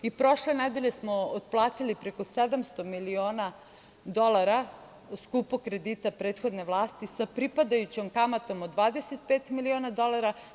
Prošle nedelje smo otplatili preko 700 miliona dolara skupog kredita prethodne vlasti sa pripadajućom kamatom od 25 miliona dolara.